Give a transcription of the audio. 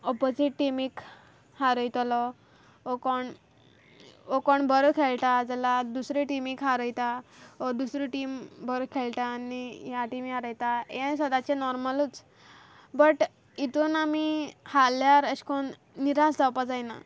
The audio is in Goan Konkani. ऑपोजीट टिमीक हारयतलो वो कोण वो कोण बोरो खेयटा जाल्यार दुसऱ्या टिमीक हारयता वो दुसरी टीम बरी खेळटा आनी ह्या टिमी हारयता हें सदांचें नॉर्मलूच बट हितून आमी हारल्यार एशें कोन्न निराश जावपा जायना